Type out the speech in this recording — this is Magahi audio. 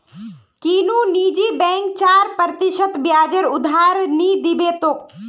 कुनु निजी बैंक चार प्रतिशत ब्याजेर उधार नि दीबे तोक